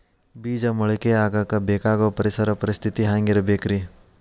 ಬೇಜ ಮೊಳಕೆಯಾಗಕ ಬೇಕಾಗೋ ಪರಿಸರ ಪರಿಸ್ಥಿತಿ ಹ್ಯಾಂಗಿರಬೇಕರೇ?